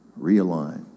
Realign